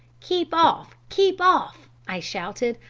keep off! keep off i shouted.